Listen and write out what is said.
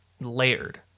layered